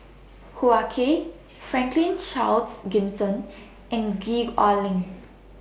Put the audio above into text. Hoo Ah Kay Franklin Charles Gimson and Gwee Ah Leng